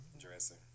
Dressing